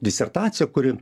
disertaciją kuri